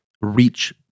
reach